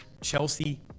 Chelsea